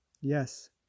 Yes